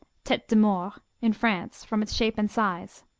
tete de maure, in france, from its shape and size.